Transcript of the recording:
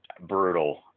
brutal